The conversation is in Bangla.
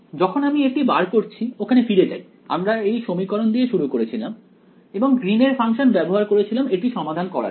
যখন আমি এটি বার করেছি ওখানে ফিরে যাই আমরা এই সমীকরণ দিয়ে শুরু করেছিলাম এবং গ্রীন এর ফাংশন ব্যবহার করেছিলাম এটি সমাধান করার জন্য